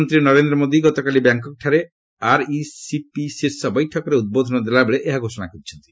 ପ୍ରଧାନମନ୍ତ୍ରୀ ନରେନ୍ଦ୍ର ମୋଦୀ ଗତକାଲି ବ୍ୟାଙ୍କକ୍ଠାରେ ଆର୍ଇସିପି ଶୀର୍ଷ ବୈଠକରେ ଉଦ୍ବୋଧନ ଦେଲାବେଳେ ଏହା ଘୋଷଣା କରିଛନ୍ତି